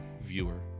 viewer